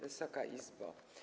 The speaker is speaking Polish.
Wysoka Izbo!